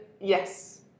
yes